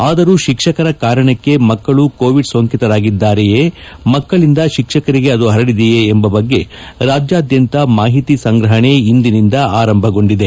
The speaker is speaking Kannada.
ಆದರೂ ಶಿಕ್ಷಕರ ಕಾರಣಕ್ಕೇ ಮಕ್ಕಳು ಕೋವಿಡ್ ಸೋಂಕಿತರಾಗಿದ್ದಾರೆಯೇ ಮಕ್ಕಳಿಂದ ಶಿಕ್ಷಕರಿಗೆ ಅದು ಹರಡಿದೆಯೇ ಎಂಬ ಬಗ್ಗೆ ರಾಜ್ಯಾದ್ಯಂತ ಮಾಹಿತಿ ಸಂಗ್ರಹಣೆ ಇಂದಿನಿಂದ ಆರಂಭಗೊಂಡಿದೆ